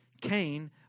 Cain